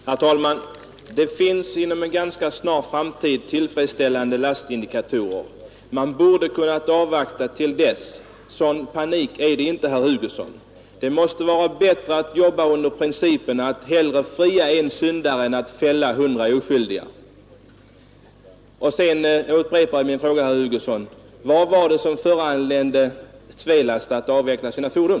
Herr talman! Det kommer inom en ganska snar framtid att finnas tillfredsställande lastindikatorer. Man borde ha kunnat avvakta till dess. Sådan panik är det inte. herr Hugosson. Det måste vara bättre att arbeta enligt principen att hellre fria en syndare än fälla hundra oskyldiga. Sedan upprepar jag min fråga till herr Hugosson: Vad var det som föranledde Svelast att avveckla sina fordon?